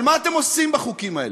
אבל מה אתם עושים בחוקים האלה?